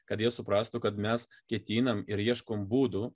kad jie suprastų kad mes ketinam ir ieškom būdų